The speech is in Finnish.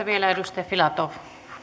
vielä edustaja filatov arvoisa